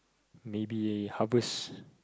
maybe harvest